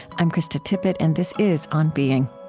i'm krista tippett, and this is on being